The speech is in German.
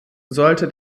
sollte